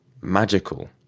magical